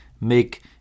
make